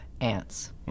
ants